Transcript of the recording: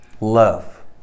love